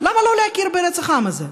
למה לא להכיר ברצח העם הזה?